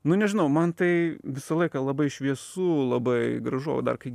nu nežinau man tai visą laiką labai šviesu labai gražu o dar kai